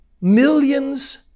millions